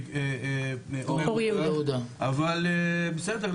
אבל בסדר,